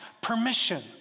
permission